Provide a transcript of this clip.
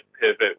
pivot